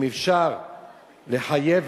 אם אפשר לחייב,